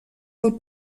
del